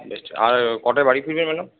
বেশ আর কটায় বাড়ি ফিরবে ম্যাডাম